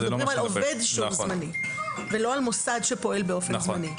אנחנו מדברים על עובד שהוא זמני ולא על מוסד שפועל באופן זמני.